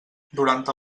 durant